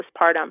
postpartum